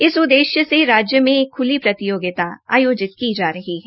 इस उद्देश्य से राज्य मे एक खुली प्रतियोगिता आयोजित की जा रही है